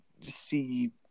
see